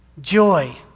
joy